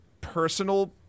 personal